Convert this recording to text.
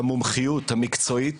שהמומחיות המקצועית